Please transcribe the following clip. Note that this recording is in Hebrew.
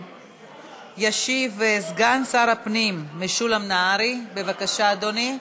ישיב סגן שר הפנים משולם נהרי, בבקשה, אדוני.